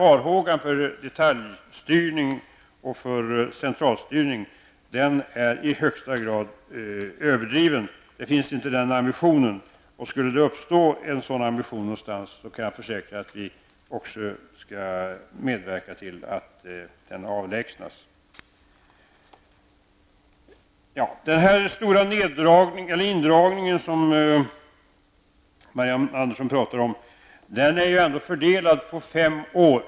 Farhågan för detaljstyrning och centralstyrning är i högsta grad överdriven. Den ambitionen finns inte. Skulle det uppstå en sådan ambition någonstans, kan jag försäkra att regeringen också skall medverka till att den avlägsnas. Vårgårda talar om är ändå fördelad på fem år.